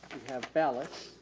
have ballot.